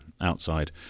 outside